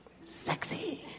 sexy